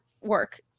work